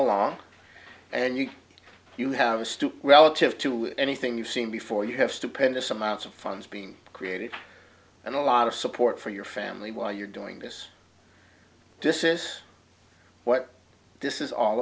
along and you you have a stoop relative to anything you've seen before you have stupendous amounts of funds being created and a lot of support for your family while you're doing this this is what this is all